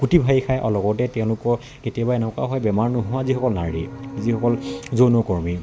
কুটি ভাঁহি খায় আৰু লগতে তেওঁলোকৰ কেতিয়াবা এনেকুৱাও হয় বেমাৰ নোহোৱা যিসকল নাৰী যিসকল যৌনকৰ্মী